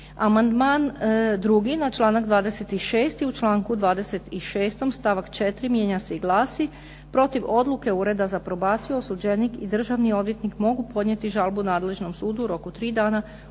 Amandman 2. na članak 26. u članku 26. stavak 4. mijenja se i glasi: „Protiv odluke ureda za probaciju osuđenik i državni odvjetnik mogu podnijeti žalbu nadležnom sudu u roku od tri dana